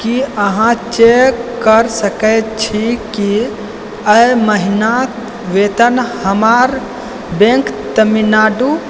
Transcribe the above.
की अहाँ चेक कऽ सकैत छी की एहि महीना वेतन हमर बैंक तमिलनाडू